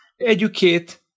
educate